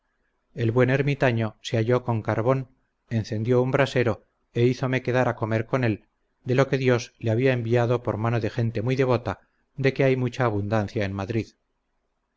el buen ermitaño se halló con carbón encendió un brasero e hízome quedar a comer con él de lo que dios le había enviado por mano de gente muy devota de que hay mucha abundancia en madrid